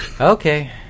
Okay